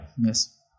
Yes